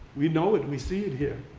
we know it we see it here.